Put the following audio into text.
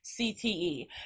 CTE